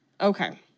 Okay